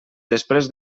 després